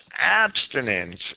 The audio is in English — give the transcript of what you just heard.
abstinence